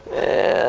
and